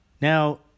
Now